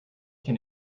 can